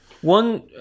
One